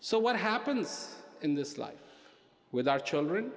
so what happens in this life with our children